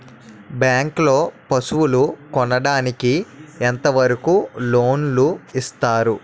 Bank లో పశువుల కొనడానికి ఎంత వరకు లోన్ లు ఇస్తారు?